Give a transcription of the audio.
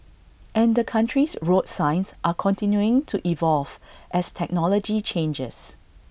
and the country's road signs are continuing to evolve as technology changes